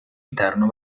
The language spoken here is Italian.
interno